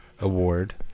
award